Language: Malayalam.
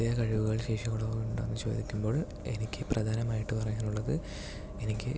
പ്രത്യേക കഴിവുകളോ ശേഷികളോ ഉണ്ടോയെന്ന് ചോദിക്കുമ്പോൾ എനിക്ക് പ്രധാനമായിട്ട് പറയാനുള്ളത് എനിക്ക്